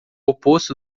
oposto